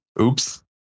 Oops